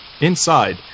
inside